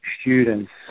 students